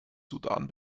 sudan